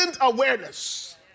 awareness